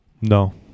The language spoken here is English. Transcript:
No